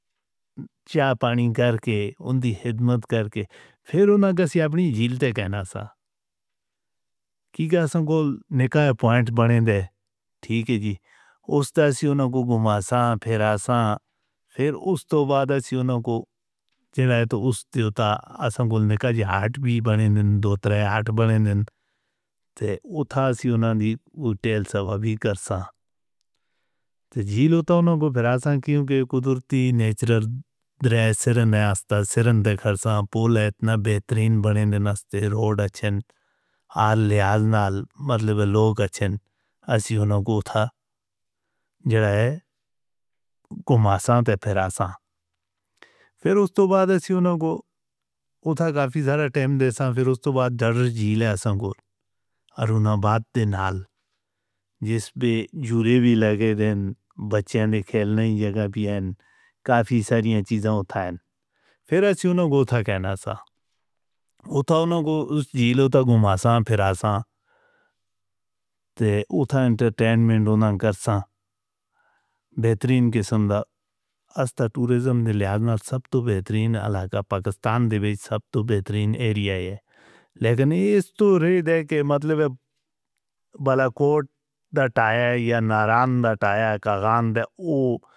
چائے پانی کر کے، ان دی حدمت کر کے، پھر انہاں کو اپنی جھیل تے کہنا سا۔ کی کہہ سن کوڑ نکا پوائنٹ بنے دے؟ ٹھیک ہے جی، اس تاں اس ہی انہاں کو گھوماتا، پھراتا۔ پھر اس تو بعد اس ہی انہاں کو، جیڑے تو اس دے اوہ تاں، اس ہم کوڑ نکا جی ہاٹ بھی بنے دے، دو ترے ہاٹ بنے دے۔ تے اتھا اس ہی انہاں دی ٹیل صفحہ بھی کرسا۔ تے جھیل اتھا انہاں کو پھراتا کیونکہ قدرتی نیچرل دریا سرندے ہاستا سرندے کرسا، پول اتنا بہترین بنے دے ناستے، روڈ اچھن، آل لیال نال، مرلے لوگ اچھن، اس ہی انہاں کو اتھا گھوماتا تے پھراتا。پھر اس تو بعد اس ہی انہاں کو اتھا کافی سارا ٹائم دے ساں، پھر اس تو بعد ڈر جھیل ہے اساں کوڑ، ارونہ باد دے نال، جس پہ جڑے بھی لگے دن، بچے نے کھلنے جگہ بھی ہیں، کافی ساریہ چیزیں اتھا ہیں۔ پھر اس ہی انہاں کو اتھا کہنا سا۔ اتھا انہاں کو اس جھیل اتھا گھوماتا پھراتا، تے اتھا انٹرٹینمنٹ انہاں کرسا، بہترین قسم دا۔ اس تاں ٹوریزم دی لحاظ نال سب تو بہترین علاقہ پاکستان دے ویچ سب تو بہترین ایریہ ہے۔ لیکن اس تو رہ دے کہ مطلب بلاکوٹ دا ٹایا یا ناران دا ٹایا کاغان دا اوہ.